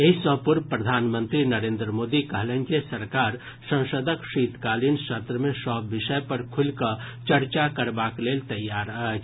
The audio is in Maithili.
एहि सँ पूर्व प्रधानमंत्री नरेन्द्र मोदी कहलनि जे सरकार संसदक शीतकालीन सत्र मे सभ विषय पर खुलि कऽ चर्चा करबाक लेल तैयार अछि